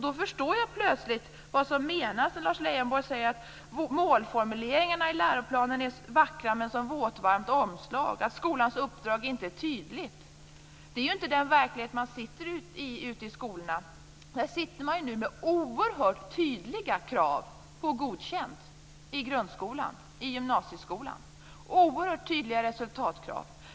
Då förstår jag plötsligt vad som menas när Lars Leijonborg säger att målformuleringarna i läroplanen är vackra men som våtvarmt omslag, att skolans uppdrag inte är tydligt. Det är inte den verklighet man har ute i skolorna. Där sitter man nu med oerhört tydliga krav på godkänt i grundskolan och gymnasieskolan, oerhört tydliga resultatkrav.